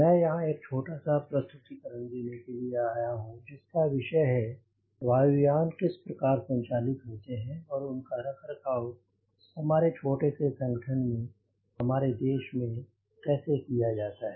मैं यहां एक छोटा सा प्रस्तुतीकरण देने के लिए आया हूं जिस का विषय है वायु यान किस प्रकार संचालित होते हैं और उनका रखरखाव हमारे छोटे से संगठन में हमारे देश में कैसे किया जाता है